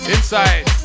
Inside